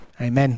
Amen